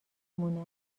مونه